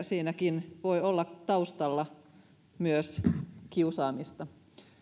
siinäkin voi olla taustalla myös kiusaamista